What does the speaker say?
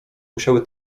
musiały